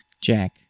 Jack